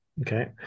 Okay